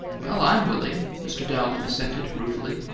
well, i'm willing, mr. dowling assented, ruefully.